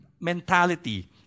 mentality